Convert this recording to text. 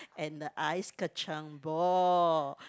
and the ice-kacang ball